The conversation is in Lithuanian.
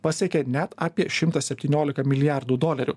pasiekė net apie šimtą septyniolika milijardų dolerių